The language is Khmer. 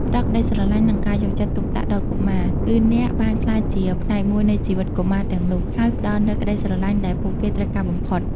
ផ្ដល់ក្ដីស្រឡាញ់ និងការយកចិត្តទុកដាក់ដល់កុមារ គឺអ្នកបានក្លាយជាផ្នែកមួយនៃជីវិតកុមារទាំងនោះ ហើយផ្ដល់នូវក្ដីស្រឡាញ់ដែលពួកគេត្រូវការបំផុត។